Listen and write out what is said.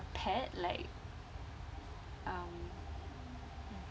pet like um